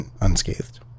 unscathed